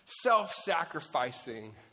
self-sacrificing